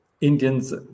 Indians